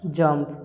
jump